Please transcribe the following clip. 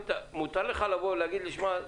מותר לך להגיד לי: שמע,